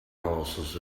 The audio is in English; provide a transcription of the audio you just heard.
horses